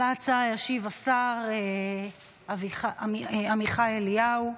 על ההצעה ישיב בשם הממשלה השר עמיחי אליהו.